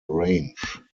range